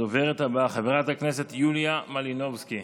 הדוברת הבאה, חברת הכנסת יוליה מלינובסקי,